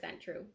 true